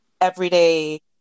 everyday